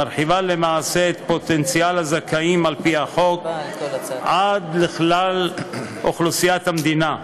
מרחיבה למעשה את פוטנציאל הזכאים על-פי החוק עד לכלל אוכלוסיית המדינה,